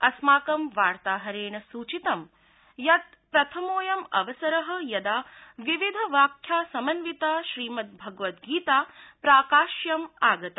अस्माकं वार्ताहरेण सूचितं यत् प्रथमोड़यं अवसर यदा विविधव्याख्या समन्विता श्रीमद् भगवत् गीता प्राकाश्यम् आगता